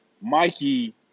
Mikey